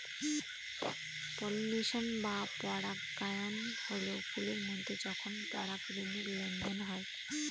pollination বা পরাগায়ন হল ফুলের মধ্যে যখন পরাগরেনুর লেনদেন হয়